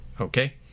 Okay